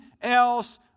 else